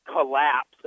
collapse